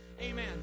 Amen